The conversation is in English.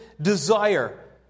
desire